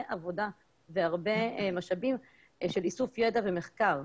עבודה והרבה משאבים של איסוף ידע ומחקר,